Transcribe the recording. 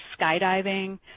skydiving